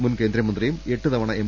മുൻ കേന്ദ്രമന്ത്രിയും എട്ടുതവണ എം